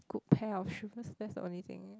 good pair of shoes that's the only thing